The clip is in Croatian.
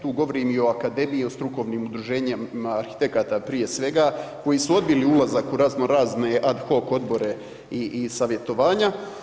Tu govorim i o akademiji i strukovnim udruženjima arhitekata prije svega koji su odbili ulazak u razno razne ad hoc odbore i savjetovanja.